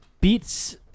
Beats